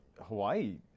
Hawaii